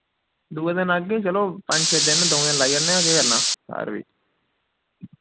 दुए दिन आह्गे चलो पंज छे दिन न दा'ऊं दिन लाई आन्ने आं केह् करना घर बी